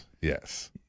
Yes